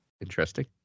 Interesting